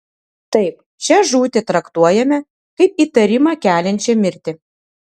taip šią žūtį traktuojame kaip įtarimą keliančią mirtį